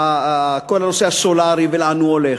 כל הנושא הסולרי ולאן הוא הולך.